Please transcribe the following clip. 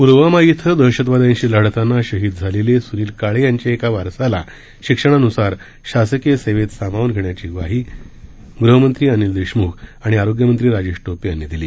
पूलवामा इथं दहशतवाद्यांशी लढताना शहीद झालेले सुनील काळे यांच्या एका वारसाला शिक्षणानुसार शासकीय सेवेत सामावून घेण्याची ग्वाही राज्याचे गृहमंत्री अनील देशमुख आणि आरोग्य मंत्री राजेश टोपे यांनी दिली